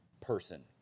person